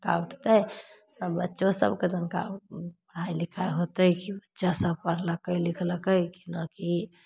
आओर उठतै तब बच्चोसभकेँ तनिका अपन पढ़ाइ लिखाइ होतै कि बच्चासभ पढ़लकै लिखलकै कि नहि कि